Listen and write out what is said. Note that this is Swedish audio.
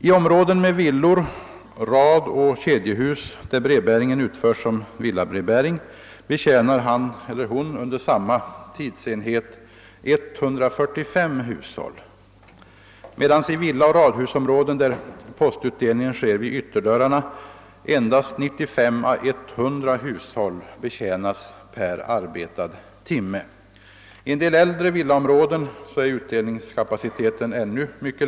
I områden med villor, radoch kedjehus, där brevbäringen utföres som villabrevbäring, betjänar vederbörande under samma tidsenhet 145 hushåll me dan i villaoch radhusområden, där postutdelningen sker vid ytterdörrarna, endast 95 å 100 hushåll betjänas per arbetad timme. I en del äldre villaområden är utdelningskapaciteten ännu lägre.